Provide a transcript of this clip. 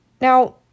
Now